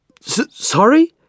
Sorry